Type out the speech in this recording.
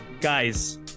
Guys